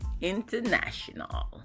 international